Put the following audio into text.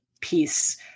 piece